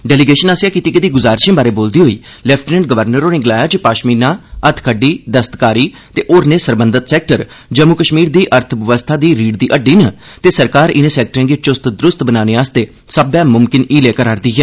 delegation आसेआ कीती गेदी गुजारिशें बारै बोलदे होई लेफ्टिनेंट गवर्नर होरें आखेआ जे पाशमीना हत्थखड्डी दस्तकारी ते होरनें सरबंधत सैक्टर जम्मू कश्मीर दी अर्थबवस्था दी रीढ़ दी हड्डी न ते सरकार इनें सैक्टरें गी चुस्त दुरूस्त बनाने आस्तै सब्बै मुमकिन हीले करै'रदी ऐ